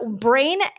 brain